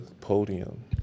podium